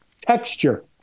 texture